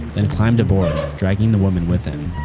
then climbed aboard dragging the woman with him.